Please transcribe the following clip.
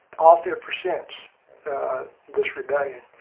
off ever since this rebellion,